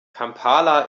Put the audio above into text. kampala